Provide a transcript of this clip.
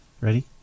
Ready